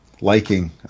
liking